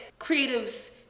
creatives